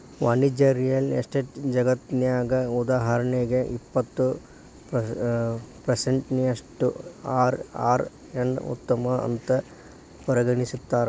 ವಾಣಿಜ್ಯ real estate ಜಗತ್ನ್ಯಗ, ಉದಾಹರಣಿಗೆ, ಇಪ್ಪತ್ತು ಪರ್ಸೆನ್ಟಿನಷ್ಟು ಅರ್.ಅರ್ ನ್ನ ಉತ್ತಮ ಅಂತ್ ಪರಿಗಣಿಸ್ತಾರ